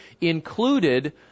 included